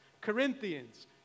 Corinthians